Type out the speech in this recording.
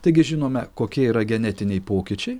taigi žinome kokie yra genetiniai pokyčiai